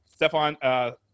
Stephon –